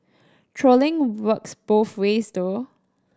trolling works both ways though